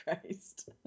Christ